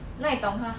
哪里懂他